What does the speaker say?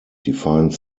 define